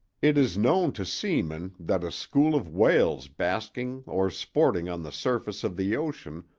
it is known to seamen that a school of whales basking or sporting on the surface of the ocean,